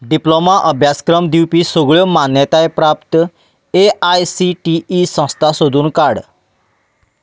diploma अभ्यासक्रम दिवपी सगळ्यो मान्यताय प्राप्त A I C T E संस्था सोदून काड